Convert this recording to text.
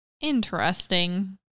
Interesting